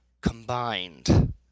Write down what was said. combined